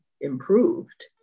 improved